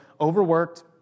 overworked